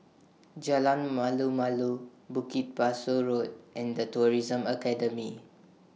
Jalan Malu Malu Bukit Pasoh Road and The Tourism Academy